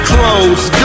Close